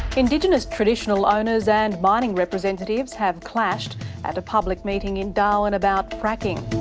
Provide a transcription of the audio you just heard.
indigenous traditional owners and mining representatives have clashed at a public meeting in darwin about fracking.